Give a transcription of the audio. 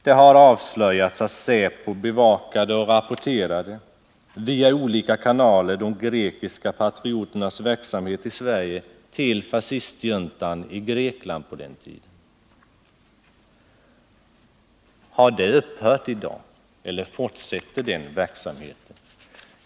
Det har avslöjats att säpo bevakade och rapporterade, via olika kanaler, de grekiska patrioternas verksamhet i Sverige, till fascistjuntan i Grekland på den tiden. Har detta upphört i dag? Eller fortsätter den verksamheten?